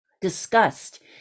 disgust